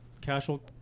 casual